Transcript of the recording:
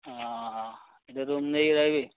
room ନେଇକି ରହିବେ